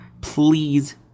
Please